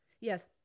Yes